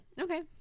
okay